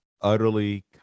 utterly